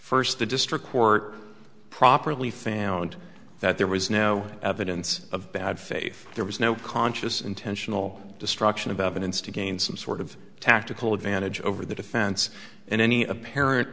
the district court properly fan out and that there was no evidence of bad faith there was no conscious intentional destruction of evidence to gain some sort of tactical advantage over the defense and any apparent